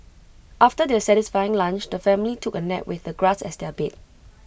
after their satisfying lunch the family took A nap with the grass as their bed